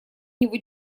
него